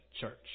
church